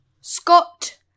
Scott